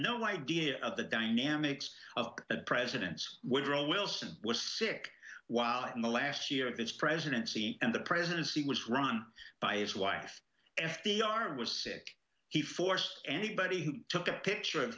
no idea of the dynamics of the president's woodrow wilson was sick while in the last year of his presidency and the presidency was run by his wife f d r was sick he forced anybody who took a picture of